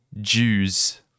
Jews